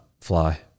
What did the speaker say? fly